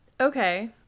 Okay